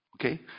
Okay